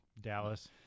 Dallas